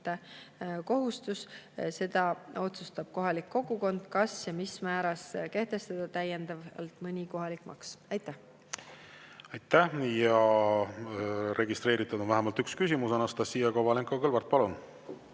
kohustus. Seda otsustab kohalik kogukond, kas ja [kui, siis] mis määras kehtestada täiendavalt mõni kohalik maks. Aitäh! Aitäh! Ja registreeritud on vähemalt üks küsimus. Anastassia Kovalenko-Kõlvart, palun!